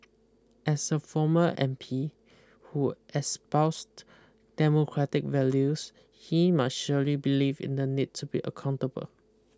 as a former M P who espoused democratic values he must surely believe in the need to be accountable